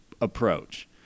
approach